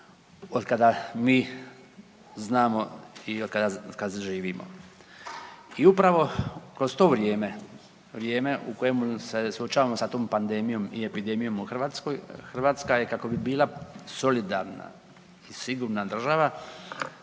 od kada mi znamo i od kad živimo. I upravo kroz to vrijeme, vrijeme u kojemu se suočavamo sa tom pandemijom i epidemijom u Hrvatskoj, Hrvatska je, kako bi bila solidarna i sigurna država,